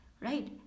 right